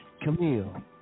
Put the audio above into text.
Camille